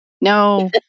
No